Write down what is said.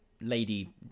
lady